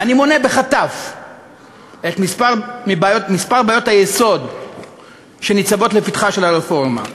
ואני מונה בחטף כמה מבעיות היסוד שניצבות לפתחה של הרפורמה,